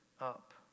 up